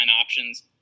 options